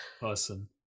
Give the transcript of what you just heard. person